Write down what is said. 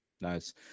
Nice